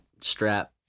strap